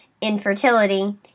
infertility